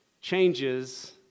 changes